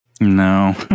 No